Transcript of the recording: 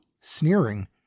Sneering